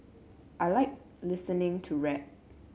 I like listening to rap